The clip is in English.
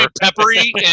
Peppery